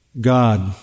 God